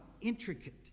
intricate